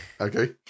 Okay